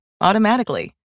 automatically